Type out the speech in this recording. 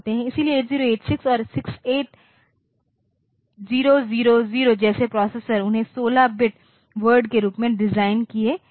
इसलिए 8086 और 68000 जैसे प्रोसेसर उन्हें 16 बिट वर्ड के रूप में डिजाइन किए गए थे